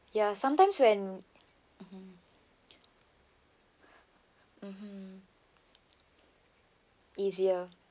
ya sometimes when mmhmm easier